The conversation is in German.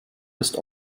ist